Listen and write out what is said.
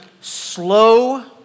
slow